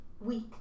week